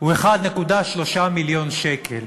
היום הוא 1.3 מיליון שקל.